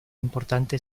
importante